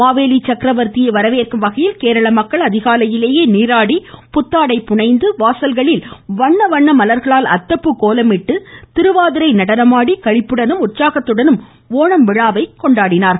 மாவேலி சக்கரவர்த்தியை வரவேற்கும் வகையில் கேரள மக்கள் அதிகாலையிலேயே நீராடி புத்தாடை அணிந்து வாசல்களில் வண்ண வண்ண மலாகளால் அத்தப்பூ கோலமிட்டு திருவாதிரை நடனமாடி களிப்புடனும் உற்சாகத்துடனும் இவ்விழாவை கொண்டாடினார்கள்